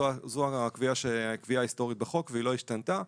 זו הקביעה ההיסטורית בחוק והיא לא השתנתה.